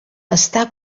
està